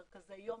מרכזי יום,